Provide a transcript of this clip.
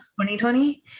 2020